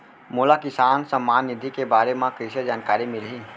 मोला किसान सम्मान निधि के बारे म कइसे जानकारी मिलही?